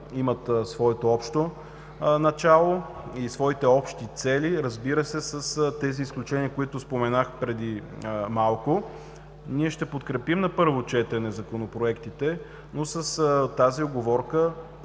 имат своето общо начало и своите общи цели, разбира се, с тези изключения, които споменах преди малко. Ние ще подкрепим законопроектите на първо четене, но с тази уговорка